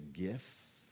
gifts